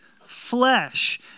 flesh